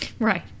Right